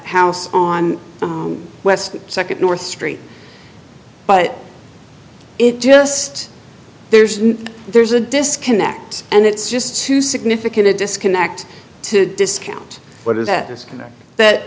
house on the west second north street but it just there's there's a disconnect and it's just too significant a disconnect to discount what is that disconnect